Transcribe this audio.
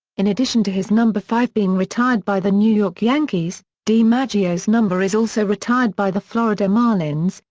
in addition to his number five being retired by the new york yankees, dimaggio's number is also retired by the florida marlins,